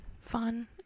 fun